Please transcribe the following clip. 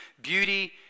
beauty